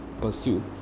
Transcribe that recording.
pursue